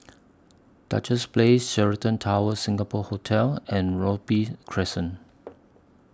Duchess Place Sheraton Towers Singapore Hotel and Robey Crescent